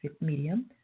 medium